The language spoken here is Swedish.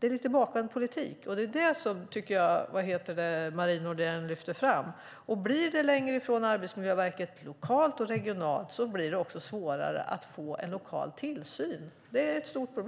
är bakvänd politik, och det är det som Marie Nordén lyfter fram. Blir det längre från Arbetsmiljöverket lokalt och regionalt blir det också svårare att få en lokal tillsyn. Det är ett stort problem.